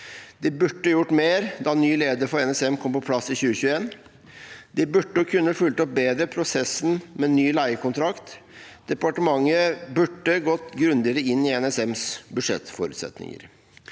De burde gjort mer da ny leder for NSM kom på plass i 2021. De burde og kunne fulgt opp prosessen med ny leiekontrakt bedre. Departementet burde gått grundigere inn i NSMs budsjettforutsetninger.